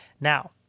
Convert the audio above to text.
Now